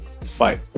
fight